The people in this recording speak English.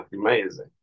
amazing